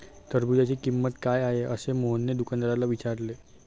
टरबूजाची किंमत काय आहे असे मोहनने दुकानदाराला विचारले?